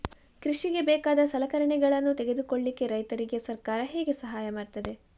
ಕೃಷಿಗೆ ಬೇಕಾದ ಸಲಕರಣೆಗಳನ್ನು ತೆಗೆದುಕೊಳ್ಳಿಕೆ ರೈತರಿಗೆ ಸರ್ಕಾರ ಹೇಗೆ ಸಹಾಯ ಮಾಡ್ತದೆ?